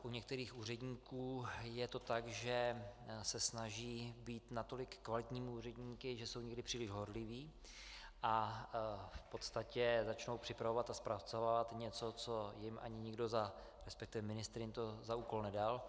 U některých úředníků je to tak, že se snaží být natolik kvalitními úředníky, že jsou někdy příliš horliví a v podstatě začnou připravovat a zpracovávat něco, co jim ani nikdo, resp. ministr jim to za úkol nedal.